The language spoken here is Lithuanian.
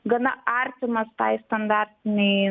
gana artimas tai standartinei